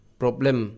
problem